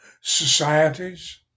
societies